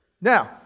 now